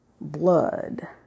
blood